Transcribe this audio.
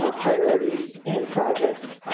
um priorities and projects.